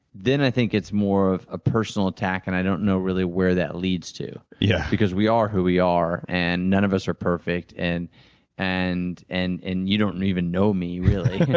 then i think it's more of a personal attack and i don't know really where that leads to, yeah because we are who we are and none of us are perfect. and and and and you don't even know me really,